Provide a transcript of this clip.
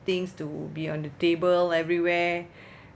things to be on the table everywhere